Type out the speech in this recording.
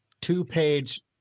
two-page